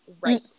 right